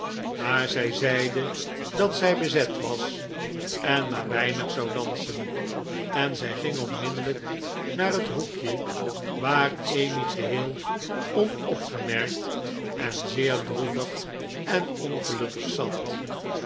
maar zij zeide dat zij bezet was en maar weinig zou dansen en zij ging onmiddellijk maar het hoekje waar emmy geheel onopgemerkt en zeer droevig en ongelukkig zat